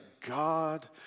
God